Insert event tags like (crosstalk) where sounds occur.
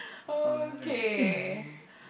alright (laughs)